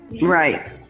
Right